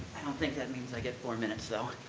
i don't think that means i get four minutes, though.